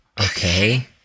Okay